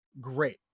great